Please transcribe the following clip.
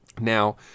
Now